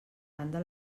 randa